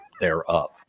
thereof